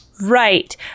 Right